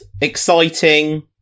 exciting